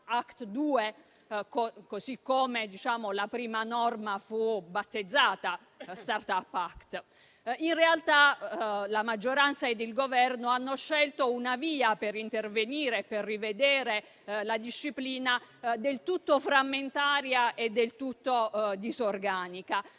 Act 2, visto che la prima norma fu battezzata Start-up Act. In realtà, la maggioranza e il Governo hanno scelto una via per intervenire e rivedere la disciplina del tutto frammentaria e disorganica.